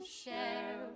share